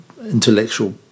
intellectual